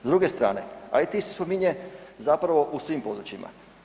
S druge strane, IT se spominje zapravo u svim područjima.